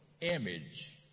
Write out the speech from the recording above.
image